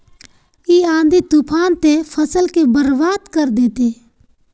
इ आँधी तूफान ते फसल के बर्बाद कर देते?